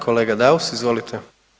Kolega Daus izvolite.